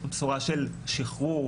בשורה של שחרור,